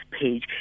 page